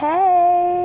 Hey